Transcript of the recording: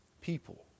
people